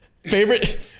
Favorite